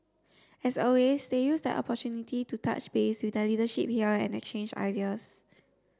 as always they used the opportunity to touch base with the leadership here and exchange ideas